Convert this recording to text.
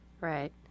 Right